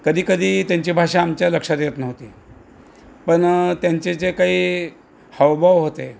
कधीकधी त्यांची भाषा आमच्या लक्षात येत नव्हती पण त्यांचे जे काही हावभाव होते